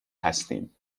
هستیم